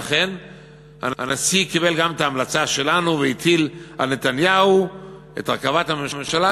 ואכן הנשיא קיבל גם את ההמלצה שלנו והטיל על נתניהו את הרכבת הממשלה,